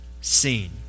seen